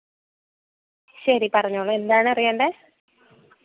ശരി പറഞ്ഞോളൂ എന്താണറിയേണ്ടത്